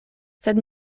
sed